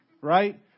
right